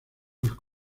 los